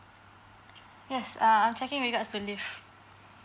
yes err I'm checking regards to leave